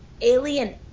Alien